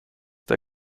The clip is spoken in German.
der